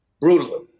brutally